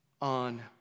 on